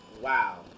Wow